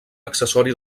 accessori